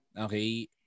okay